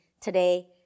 today